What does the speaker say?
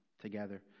together